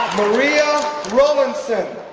mariya rolandson